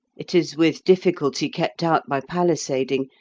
it is with difficulty kept out by palisading,